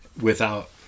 without-